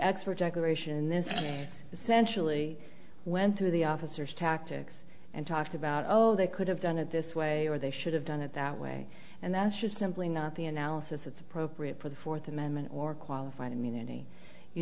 generation this is a essentially went through the officers tactics and talked about oh they could have done it this way or they should have done it that way and that's just simply not the analysis it's appropriate for the fourth amendment or qualified immunity you